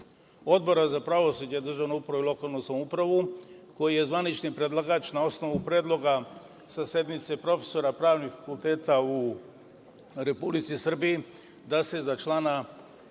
Odbora za pravosuđe, državnu upravu i lokalnu samoupravu, koji je zvanični predlagač na osnovu predloga sa sednice profesora pravnih fakulteta u Republici Srbiji da se za člana